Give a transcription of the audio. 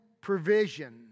provision